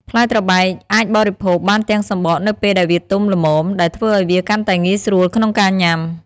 ផ្លែត្របែកអាចបរិភោគបានទាំងសំបកនៅពេលដែលវាទុំល្មម ដែលធ្វើឲ្យវាកាន់តែងាយស្រួលក្នុងការញ៉ាំ។